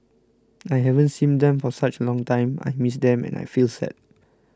I haven't seen them for such a long time I miss them and I feel sad